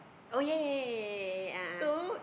oh ya ya ya a'ah